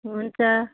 हुन्छ